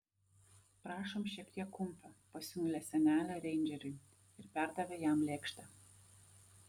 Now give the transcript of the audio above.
prašom šiek tiek kumpio pasiūlė senelė reindžeriui ir perdavė jam lėkštę